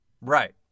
Right